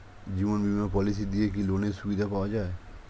জীবন বীমা পলিসি দিয়ে কি লোনের সুবিধা পাওয়া যায়?